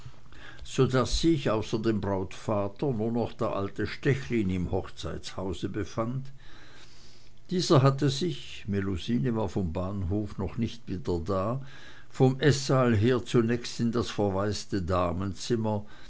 so daß sich außer dem brautvater nur noch der alte stechlin im hochzeitshause befand dieser hatte sich melusine war vom bahnhofe noch nicht wieder da vom eßsaal her zunächst in das verwaiste